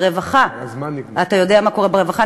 ברווחה, אתה יודע מה קורה ברווחה?